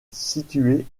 situé